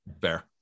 Fair